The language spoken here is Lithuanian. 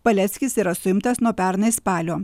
paleckis yra suimtas nuo pernai spalio